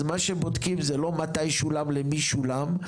אז מה שבודקים זה לא מתי שולם למי שולם?